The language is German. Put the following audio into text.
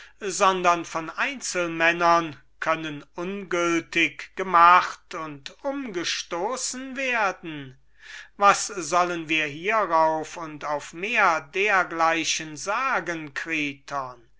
sondern von einzelmännern können ungültig gemacht und umgestoßen werden was sollen wir hierauf und auf mehr dergleichen sagen